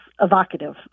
evocative